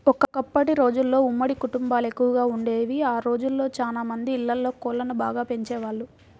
ఒకప్పటి రోజుల్లో ఉమ్మడి కుటుంబాలెక్కువగా వుండేవి, ఆ రోజుల్లో చానా మంది ఇళ్ళల్లో కోళ్ళను బాగా పెంచేవాళ్ళు